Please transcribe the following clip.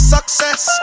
Success